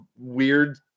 weird